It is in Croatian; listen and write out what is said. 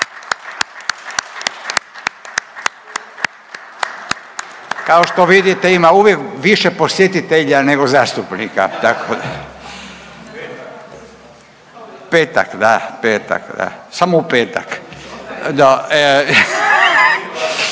Kao što vidite ima uvijek više posjetitelja nego zastupnika, tako. …/Upadica iz klupe: Petak